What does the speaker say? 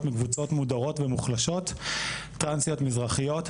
מקבוצות מודרות ומוחלשות: טרנסיות מזרחיות,